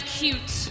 cute